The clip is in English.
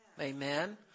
Amen